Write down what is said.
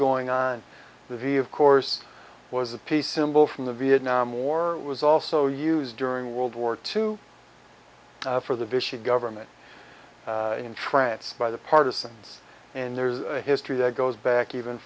going on the view of course was the p symbol from the vietnam war was also used during world war two for the vicious government in france by the partisans and there's a history that goes back even